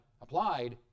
applied